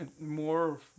More